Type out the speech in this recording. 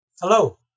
Hello